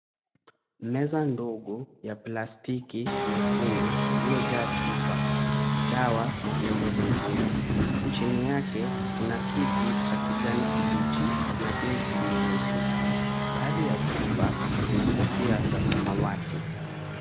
Meza ndogo ya plastiki nyekundu iliyojaa chupa, dawa na vyombo vingine. Chini yake kuna kiti cha kijani kibichi na begi nyeusi. Baadhi ya chupa zina kofia za samawati.